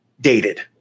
dated